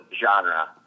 genre